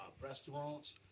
restaurants